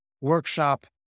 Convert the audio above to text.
workshop